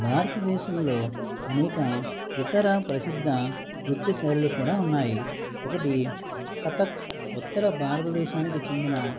భారతదేశంలో అనేక ఇతర ప్రసిద్ద నృత్యశైలులు కూడా ఉన్నాయి ఒకటి కథక్ ఉత్తర భారతదేశానికి చెందిన